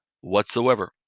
whatsoever